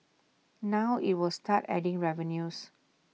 now IT will start adding revenues